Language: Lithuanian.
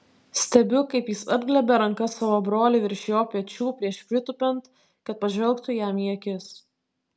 stebiu kaip jis apglėbia ranka savo brolį virš jo pečių prieš pritūpiant kad pažvelgtų jam į akis